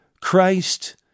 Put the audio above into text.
Christ